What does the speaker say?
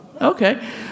okay